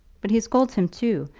but he scolds him, too.